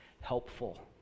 helpful